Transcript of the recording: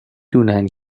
دونن